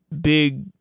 big